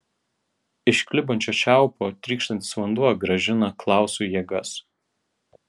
iš klibančio čiaupo trykštantis vanduo grąžina klausui jėgas